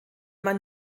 man